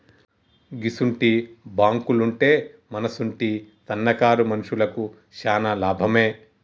గిసుంటి బాంకులుంటే మనసుంటి సన్నకారు మనుషులకు శాన లాభమే